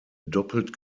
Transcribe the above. doppelt